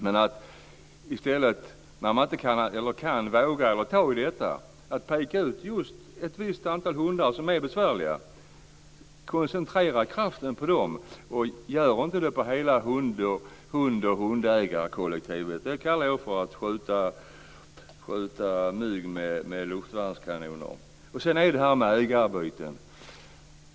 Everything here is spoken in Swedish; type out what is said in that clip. Men man vågar eller kan inte peka ut ett antal hundar som är besvärliga. Man ska koncentrera kraften på dem, inte på hela hundoch hundägarkollektivet. Det är att skjuta mygg med luftvärnskanoner. Sedan var det frågan om ägarbyten.